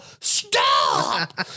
Stop